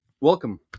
Welcome